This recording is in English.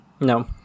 no